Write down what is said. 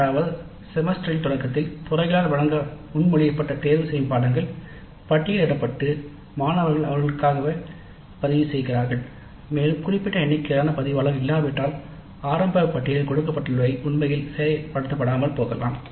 அதாவது செமஸ்டர் தொடக்கத்தில் துறைகளால் வழங்க முன்மொழியப்பட்ட தேர்வுகள் பட்டியலிடப்பட்டு மாணவர்கள் அவர்களுக்காக பதிவுசெய்கிறார்கள் மேலும் குறிப்பிட்ட எண்ணிக்கையிலான பதிவாளர்கள் இல்லாவிட்டால் ஆரம்ப பட்டியலில் கொடுக்கப்பட்டுள்ளவை உண்மையில் செயல்படுத்தப்படாமல் போகலாம்